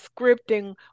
scripting